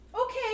Okay